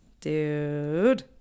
Dude